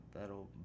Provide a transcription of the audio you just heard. that'll